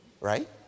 right